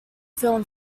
film